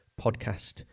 podcast